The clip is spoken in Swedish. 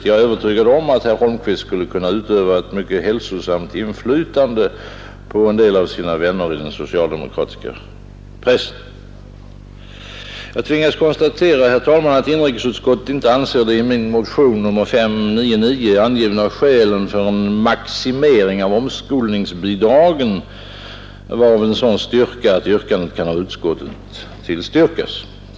Jag är övertygad om att herr Holmqvist skulle kunna utöva ett mycket hälsosamt inflytande på en del av sina vänner i den socialdemokratiska pressen. Jag tvingas konstatera, herr talman, att inrikesutskottet inte anser de i min motion nr 599 angivna skälen för en maximering av omskolningsbidragen vara av en sådan tyngd att yrkandet kan av utskottet tillstyrkas.